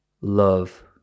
love